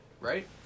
right